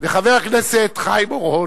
וחבר הכנסת חיים אורון